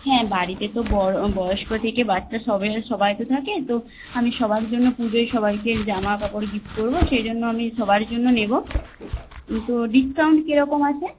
হ্যাঁ বাড়িতে তো বয়স্ক থেকে বাচ্চা সবাই সবাই তো থাকেন তো আমি সবার জন্য পুজোয় সবাইকে জামাকাপড় গিফট করবো সেই জন্য আমি সবার জন্য নেবো কিন্তু ডিসকাউন্ট কেরকম আছে